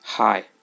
Hi